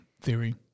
theory